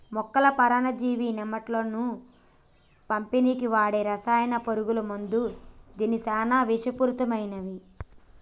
మొక్కల పరాన్నజీవి నెమటోడ్లను సంపనీకి వాడే రసాయన పురుగుల మందు గిది సానా విషపూరితమైనవి